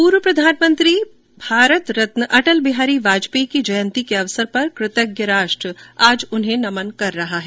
पूर्व प्रधानमंत्री भारत रत्न अटल बिहारी वाजपेयी की जयंती के अवसर पर कृतज्ञ राष्ट्र आज उन्हें नमन कर रहा है